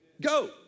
Go